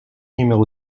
numéro